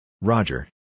Roger